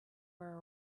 were